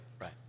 right